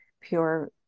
pure